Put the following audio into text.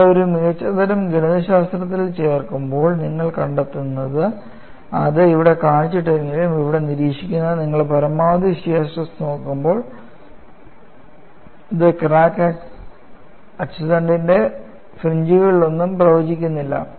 നിങ്ങൾ ഒരു മികച്ച തരം ഗണിതശാസ്ത്രത്തിൽ ചേർക്കുമ്പോൾനിങ്ങൾ കണ്ടെത്തുന്നത് അത് ഇവിടെ കാണിച്ചിട്ടില്ലെങ്കിലും ഇവിടെ നിരീക്ഷിക്കുന്നത് നിങ്ങൾ പരമാവധി ഷിയർ സ്ട്രെസ് നോക്കുമ്പോൾ ഇത് ക്രാക്ക് അച്ചുതണ്ടിന്റെ ഫ്രീഞ്ചകളൊന്നും പ്രവചിക്കുന്നില്ല